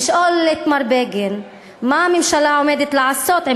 לשאול את מר בגין מה הממשלה עומדת לעשות עם